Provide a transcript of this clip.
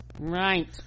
Right